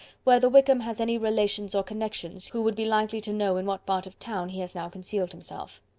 whether wickham has any relations or connections who would be likely to know in what part of town he has now concealed himself.